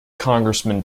congressman